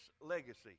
Legacy